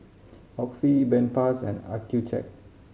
Oxy Bedpans and Accucheck